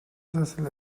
sessel